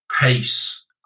pace